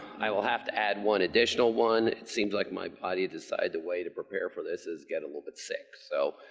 i will have to add one additional one. it seems like my body decided the way to prepare for this is get a little bit sick. so,